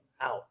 out